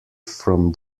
from